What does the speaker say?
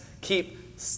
keep